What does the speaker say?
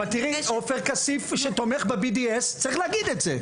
עופר כסיף שתומך ב-BDS צריך להגיד את זה.